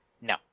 no